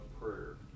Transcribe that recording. prayer